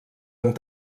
amb